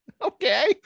okay